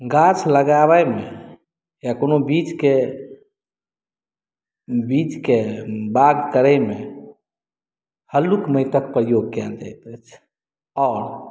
गाछ लगाबयमे या कोनो बीजके बीजके बाग करयमे हल्लुक माटिके प्रयोग कयल जाइत अछि आओर